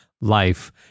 Life